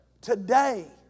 Today